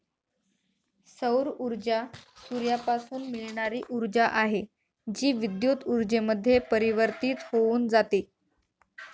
सौर ऊर्जा सूर्यापासून मिळणारी ऊर्जा आहे, जी विद्युत ऊर्जेमध्ये परिवर्तित होऊन जाते